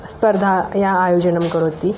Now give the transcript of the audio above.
स्पर्धायाः आयोजनं करोति